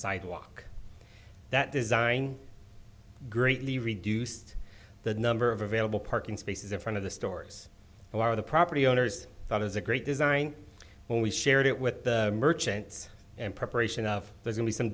sidewalk that design greatly reduced the number of available parking spaces in front of the stores who are the property owners thought as a great design when we shared it with the merchants and preparation of there's only some